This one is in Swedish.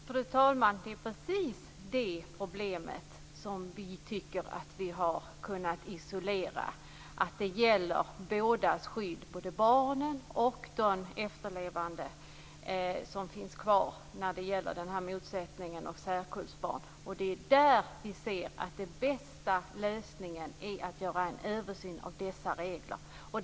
Fru talman! Det är precis det problemet som vi tycker att vi har kunnat isolera. Det gäller skyddet för både barnen och de efterlevande vid motsättningar avseende särkullbarn. Vi menar att den bästa lösningen är att det görs en översyn av reglerna på detta område.